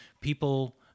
people